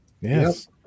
Yes